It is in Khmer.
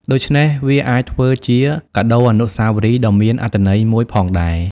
ដូច្នេះវាអាចធ្វើជា កាដូអនុស្សាវរីយ៍ ដ៏មានអត្ថន័យមួយផងដែរ។